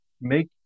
make